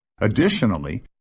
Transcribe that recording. Additionally